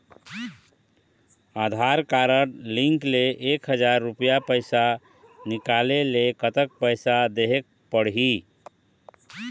आधार card link ले एक हजार रुपया पैसा निकाले ले कतक पैसा देहेक पड़ही?